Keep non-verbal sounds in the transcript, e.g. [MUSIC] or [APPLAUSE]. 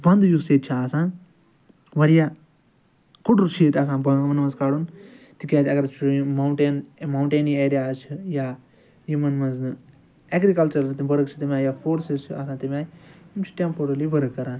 وَنٛدٕ یُس ییٚتہِ چھُ آسان واریاہ کُڈُر چھُ ییٚتہِ آسان [UNINTELLIGIBLE] منٛز کَڑُن تِکیٛازِ اَگر أسۍ وچھُو یِم مونٛٹین مونٛٹینی ایرِیاز چھِ یا یِمَن منٛز نہٕ ایٚگریٖکَلچَرل ؤرٕک چھِ تَمہِ آیہِ یا فورسِز چھِ آسان تَمہِ آیہِ یِم چھِ ٹیٚمپورٔلی ؤرٕک کران